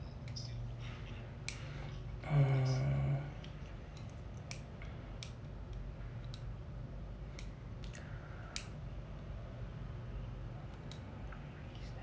um